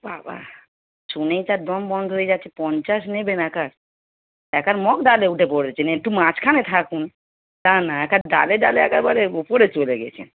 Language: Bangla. বাবা শুনেই তার দম বন্ধ হয়ে যাচ্ছে পঞ্চাশ নেবেন একার একেবার মগ ডালে উঠে পড়েছেন একটু মাঝখানে থাকুন তা না একেবার ডালে ডালে একবারে উপরে চলে গিয়েছেন